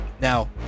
Now